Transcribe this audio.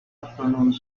afternoons